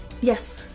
Yes